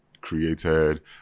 created